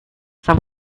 some